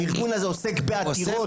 הארגון הזה עוסק בעתירות.